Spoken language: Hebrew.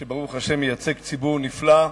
שברוך השם מייצג ציבור נפלא,